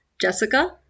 Jessica